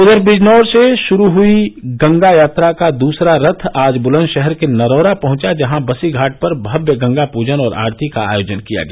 उधर बिजनौर से शुरू हुई गंगा यात्रा का दूसरा रथ आज बुलंदशहर के नरौरा पहुंचा जहां बसीघाट पर भव्य गंगा पूजन और आरती का आयोजन किया गया